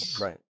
Right